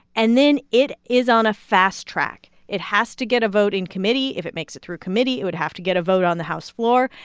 and then it is on a fast track. it has to get a vote in committee. if it makes it through committee, it would have to get a vote on the house floor.